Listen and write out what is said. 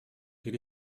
diri